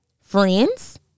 Friends